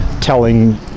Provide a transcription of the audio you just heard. telling